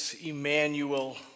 Emmanuel